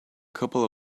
couple